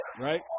right